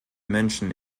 menschen